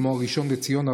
כמו הראשון לציון,